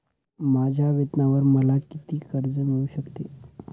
माझ्या वेतनावर मला किती कर्ज मिळू शकते?